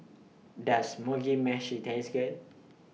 Does Mugi Meshi Taste Good